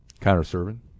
Counter-serving